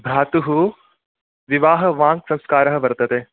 भ्रातुः विवाहवान् संस्कारः वर्तते